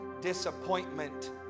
disappointment